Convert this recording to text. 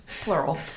plural